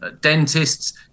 dentists